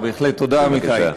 בהחלט תודה, עמיתי.